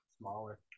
Smaller